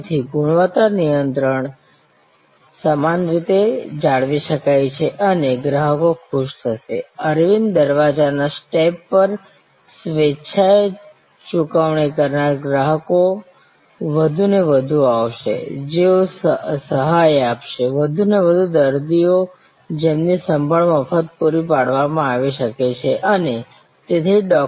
તેથી ગુણવત્તા નિયંત્રણ સમાન રીતે જાળવી શકાય છે અને ગ્રાહકો ખુશ થશે અરવિંદ દરવાજાના સ્ટેપ પર સ્વેચ્છાએ ચૂકવણી કરનારા ગ્રાહકો વધુને વધુ આવશે જેઓ સહાય આપશે વધુને વધુ દર્દીઓ જેમની સંભાળ મફત પૂરી પાડવામાં આવી શકે છે અને તેથી જ ડૉ